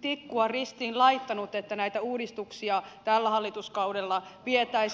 tikkua ristiin laittanut että näitä uudistuksia tällä hallituskaudella vietäisiin eteenpäin